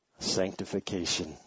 Sanctification